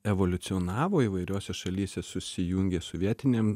evoliucionavo įvairiose šalyse susijungė su vietinėm